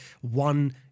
one